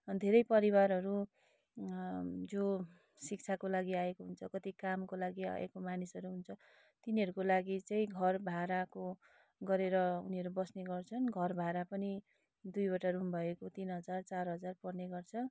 धेरै परिवारहरू जो शिक्षाको लागि आएको हुन्छ कति कामको लागि आएको मानिसहरू हुन्छ तिनीहरूको लागि चाहिँ घर भाडाको गरेर उनीहरू बस्ने गर्छन् घर भाडा पनि दुईवटा रुम भएको तिन हजार चार हजार पर्ने गर्छ